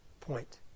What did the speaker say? point